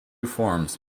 forms